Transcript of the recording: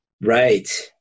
right